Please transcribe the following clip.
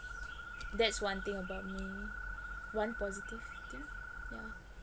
that's one thing about me one positive thing ya